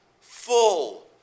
full